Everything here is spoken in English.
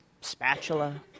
spatula